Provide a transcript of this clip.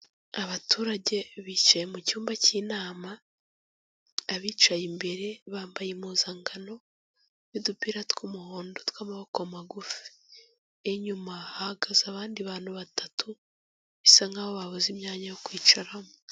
Abaturage bicaye mu cyumba cy'inama, abicaye imbere bambaye impuzankano y'udupira tw'umuhondo tw'amaboko magufi, inyuma hahagaze abandi bantu batatu bisa nkaho babuze imyanya yo kwicaramo.